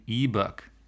ebook